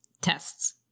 tests